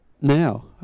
now